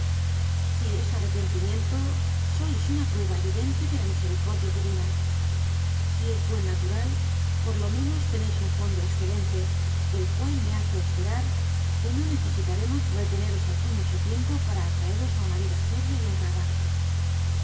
si es arrepen timiento sois una prueba evidente de la miseri cordia divina si es buen natural por lo menos tenéis un fondo excelente el cual me hace espe rar que no necesitaremos reteneros aquí mucho tiempo para atraeros a una vida seria y honrada